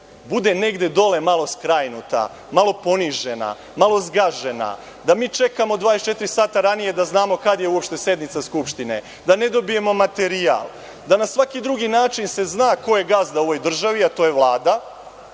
bude negde dole malo skrajnuta, malo ponižena, malo zgažena, da mi čekamo 24 sata ranije da znamo kada je uopšte sednica Skupštine, da ne dobijemo materijal, da na svaki drugi način se zna ko je gazda u ovoj državi, a to je Vlada,